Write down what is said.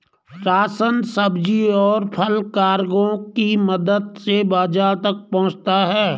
ration, सब्जी, और फल कार्गो की मदद से बाजार तक पहुंचता है